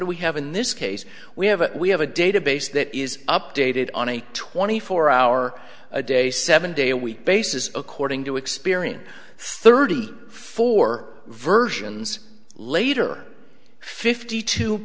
do we have in this case we have a we have a database that is updated on a twenty four hour a day seven day a week basis according to experience thirty four versions later fifty two